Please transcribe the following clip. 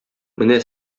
менә